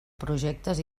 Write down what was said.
projectes